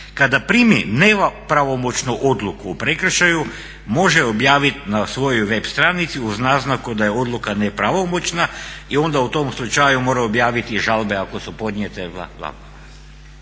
kada primi nema pravomoćnu odluku o prekršaju može ju objavit na svojoj web stranici uz naznaku da je odluka nepravomoćna i onda u tom slučaju mora objaviti žalbe ako su podnijete